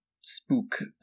spook